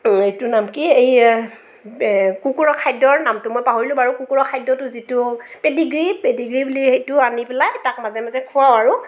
এইটো নাম কি এই কুকুৰৰ খাদ্যৰ নামতো মই পাহৰিলোঁ বাৰু কুকুৰৰ খাদ্য যিটো পেডিগ্ৰি পেডিগ্ৰি বুলি সেইটো আনি পেলাই তাক মাজে মাজে খোৱাওঁ আৰু